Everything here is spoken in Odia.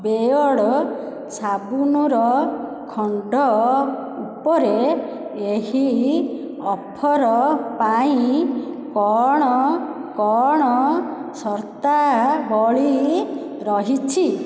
ବିୟର୍ଡ଼ୋ ସାବୁନର ଖଣ୍ଡ ଉପରେ ଏହି ଅଫର୍ ପାଇଁ କ'ଣ କ'ଣ ସର୍ତ୍ତାବଳୀ ରହିଛି